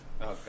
Okay